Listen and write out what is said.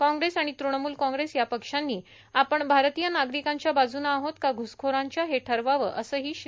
काँग्रेस आणि तृणमूल काँग्रेस या पक्षांनी आपण भारतीय नागरिकांच्या बाजूनं आहोत का घुसखोरांच्या हे ठरवावं असंही श्री